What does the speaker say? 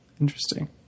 Interesting